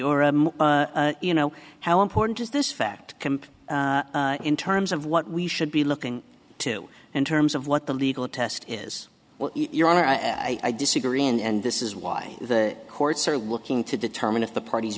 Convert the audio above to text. or a you know how important is this fact in terms of what we should be looking to in terms of what the legal test is your honor i disagree and this is why the courts are looking to determine if the parties